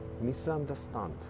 misunderstand